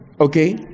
okay